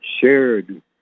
shared